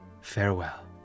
farewell